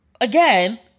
Again